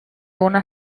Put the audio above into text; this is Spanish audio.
una